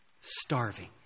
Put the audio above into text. starving